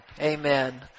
amen